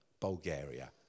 Bulgaria